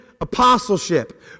apostleship